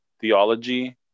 theology